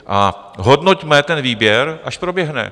A hodnoťme ten výběr, až proběhne.